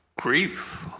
grief